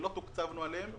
ולא תוקצבנו עליהן.